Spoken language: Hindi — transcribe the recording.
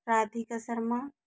राधिका शर्मा